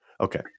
okay